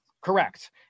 correct